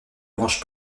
branches